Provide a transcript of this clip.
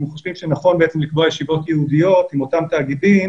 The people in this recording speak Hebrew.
אנחנו חושבים שנכון בעצם לקבוע ישיבות ייעודיות עם אותם תאגידים,